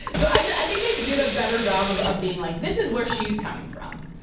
so i think they did a better job of of being like, this is where she's coming from.